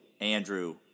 Andrew